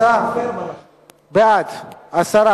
בעד ההצעה,